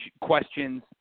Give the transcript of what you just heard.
questions